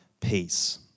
peace